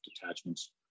detachments